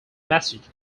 message